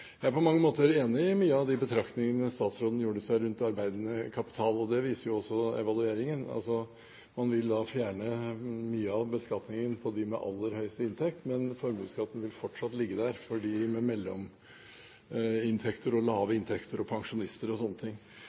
Jeg er på mange måter enig i mange av de betraktningene statsråden gjorde seg rundt arbeidende kapital. Det viser også evalueringen. Man vil fjerne mye av beskatningen på dem med aller høyest inntekt, men formuesskatten vil fortsatt ligge der for dem med mellominntekter og lave inntekter, pensjonister og andre. Ser ikke statsråden at formuesskatten er en ren diskriminering av norsk privat eierskap og